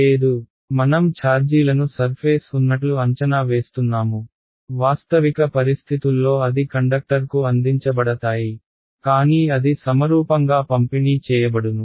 లేదు మనం ఛార్జీలను సర్ఫేస్ ఉన్నట్లు అంచనా వేస్తున్నాము వాస్తవిక పరిస్థితుల్లో అది కండక్టర్ కు అందించబడతాయి కానీ అది సమరూపంగా పంపిణీ చేయబడును